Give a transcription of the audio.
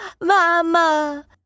mama